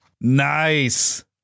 Nice